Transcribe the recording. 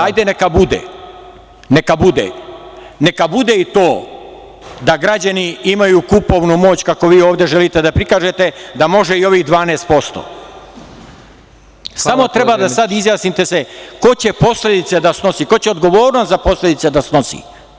Hajde neka bude, neka bude i to da građani imaju kupovnu moć, kako vi ovde želite da prikažete, da može i ovih 12%, samo treba sada da se izjasnite ko će posledice da snosi, ko će odgovornost za posledice da snosi?